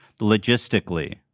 Logistically